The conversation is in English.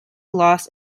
loss